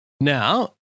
Now